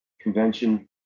Convention